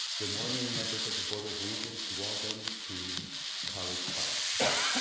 your morning papers of the border regions walkm to college and park.